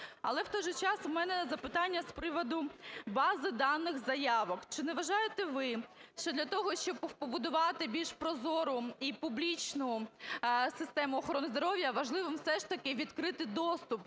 Але в той же час у мене запитання з приводу бази даних заявок. Чи не вважаєте ви, що для того, щоб побудувати більш прозору і публічну систему охорони здоров'я, важливо все ж таки відкрити доступ